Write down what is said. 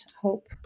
hope